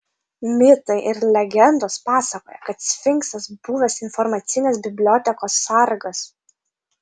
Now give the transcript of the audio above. mitai ir legendos pasakoja kad sfinksas buvęs informacinės bibliotekos sargas